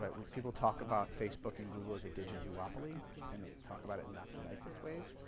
but when people talk about facebook and google as a digital duopoly and they talk about it in not the nicest ways,